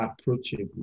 approachable